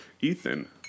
Ethan